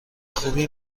خوبی